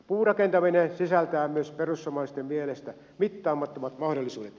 puurakentaminen sisältää myös perussuomalaisten mielestä mittaamattomat mahdollisuudet